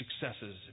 successes